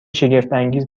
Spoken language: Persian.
شگفتانگیز